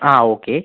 ആ ഓക്കെ